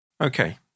Okay